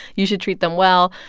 you should treat them well.